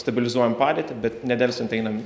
stabilizuojam padėtį bet nedelsiant einam